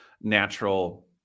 natural